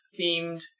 themed